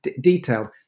detailed